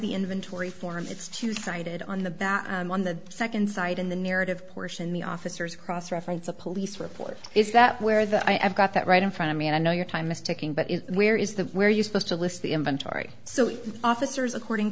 the inventory form it's to see i did on the back on the second side in the narrative portion the officers cross reference a police report is that where the i've got that right in front of me and i know your time is ticking but where is the where you supposed to list the inventory so officers according